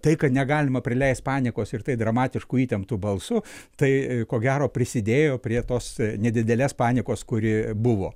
tai kad negalima prileisti panikos ir tai dramatišku įtemptu balsu tai ko gero prisidėjo prie tos nedidelės panikos kuri buvo